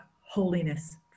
holiness